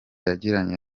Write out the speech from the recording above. yagiranye